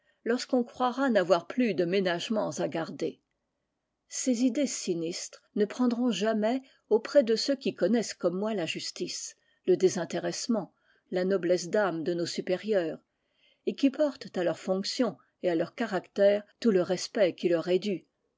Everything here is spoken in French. lorsqu'on croira n'avoir plus de ménagements à garder ces idées sinistres ne prendront jamais auprès de ceux qui connaissent comme moi la justice le désintéressement la noblesse d'âme de nos supérieurs et qui portent à leurs fonctions et à leur caractère tout le respect qui leur est dû